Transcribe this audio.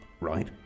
right